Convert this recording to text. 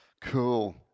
Cool